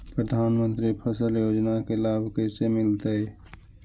प्रधानमंत्री फसल योजना के लाभ कैसे मिलतै?